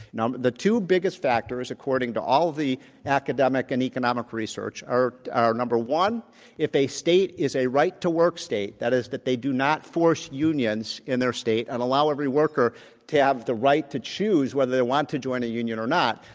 the two biggest factors, according to all the academic and economic research, are are number one if a state is a right to work state, that is that they do not force unions in their state, and allow every worker to have the right to choose whether they want to join a union or not,